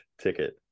ticket